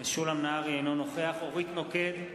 אינו נוכח אורית נוקד,